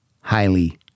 highly